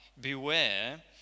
beware